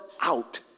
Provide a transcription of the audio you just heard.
out